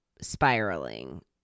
spiraling